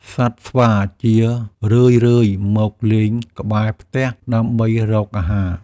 សត្វស្វាជារឿយៗមកលេងក្បែរផ្ទះដើម្បីរកអាហារ។